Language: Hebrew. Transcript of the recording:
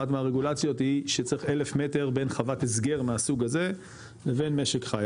אחת מהרגולציות היא שצריך אלף מטר בין חוות הסגר מהסוג הזה לבין משק חי.